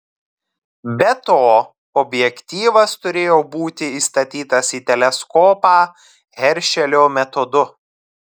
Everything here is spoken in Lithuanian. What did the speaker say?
be to objektyvas turėjo būti įstatytas į teleskopą heršelio metodu